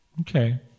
okay